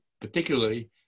particularly